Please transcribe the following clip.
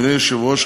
אדוני היושב-ראש,